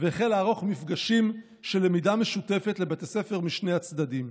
והחל לערוך מפגשים של למידה משותפת לבתי ספר משני הצדדים.